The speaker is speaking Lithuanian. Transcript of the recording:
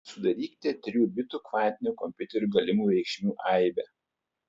sudarykite trijų bitų kvantinio kompiuterio galimų reikšmių aibę